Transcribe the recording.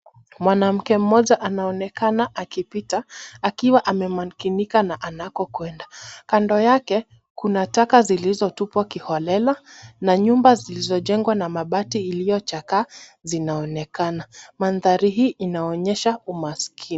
Mwanamke mmoja anaonekana akipita akiwa anamakinika anakokwenda, kando yake kuna taka zilizotupwa kiholela na nyumba zilizojengwa na mabati iliyochakaa zinaonekana, mandhari hii inaonyesha umaskini.